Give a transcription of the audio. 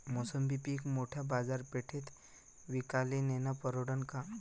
मोसंबी पीक मोठ्या बाजारपेठेत विकाले नेनं परवडन का?